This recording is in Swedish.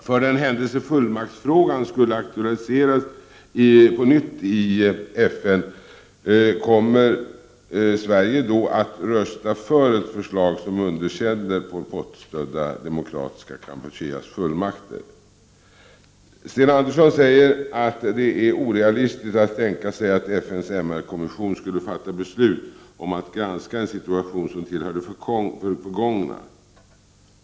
För den händelse fullmaktsfrågan skulle aktualiseras på nytt i FN, kommer Sverige då att rösta för ett förslag som underkänner Pol Pot-stödda Demokratiska Kampucheas fullmakter? Sten Andersson säger att det är orealistiskt att tänka sig att FN:s MR-kommission skulle fatta beslut om att granska en situation som tillhör det förgångna.